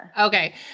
okay